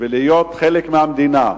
ולהיות חלק מהמדינה.